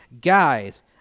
guys